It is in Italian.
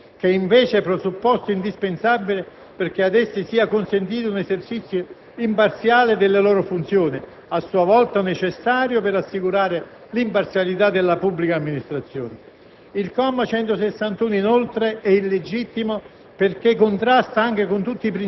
anche perché inficiano irrimediabilmente ogni garanzia di autonomia dei dirigenti, che è invece presupposto indispensabile perché ad essi sia consentito un esercizio imparziale delle loro funzioni, a sua volta necessario per assicurare l' imparzialità della pubblica amministrazione.